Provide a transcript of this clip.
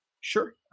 Sure